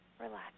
Relax